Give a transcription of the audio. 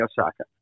Osaka